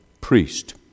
priest